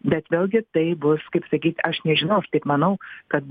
bet vėlgi tai bus kaip sakyt aš nežinau aš taip manau kad